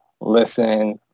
Listen